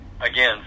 again